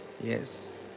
Yes